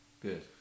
Good